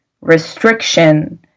restriction